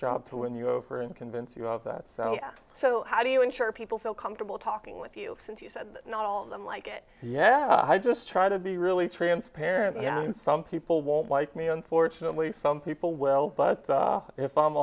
job to win you over and convince you of that so how do you ensure people feel comfortable talking with you since you said not all of them like it yeah i just try to be really transparent and some people won't like me unfortunately some people well but if i'm